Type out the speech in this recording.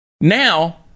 now